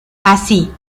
así